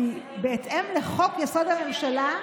כי בהתאם לחוק-יסוד: הממשלה,